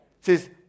says